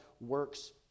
works